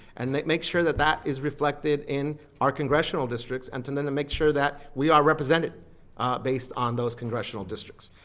and make sure that that is reflected in our congressional districts, and to then to make sure that we are represented based on those congressional districts.